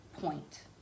point